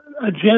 agenda